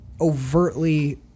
overtly